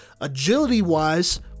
Agility-wise